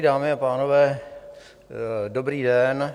Dámy a pánové, dobrý den.